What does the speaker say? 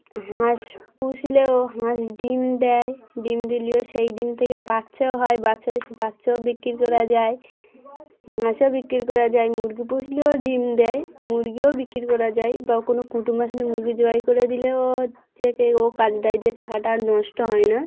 হাঁস পুষলেও হাঁস ডিম দেয় ডিম দিলেও সেই ডিম থেকে বাচ্চাও হয় বাচ্চা হলে সেই বাচ্চাও বিক্রি করা যায় হাঁসও বিক্রি করা যায় মুরগি পুষলেও ডিম দেয় মুরগিও বিক্রি করা যায় বা কোনো কুটুম আসলে মুরগি জবাই করে দিলেও হ যে কে ও কাজ দেয় যে টাকাটা আর নষ্ট হয় না